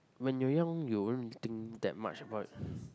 when you're young you won't think that much about